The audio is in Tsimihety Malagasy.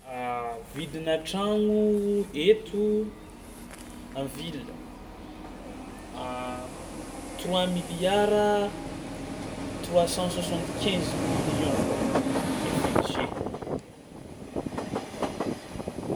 Vidinà tragno eto a ville trois milliards trois cent soixante quinze millions fmg.